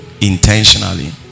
intentionally